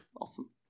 Awesome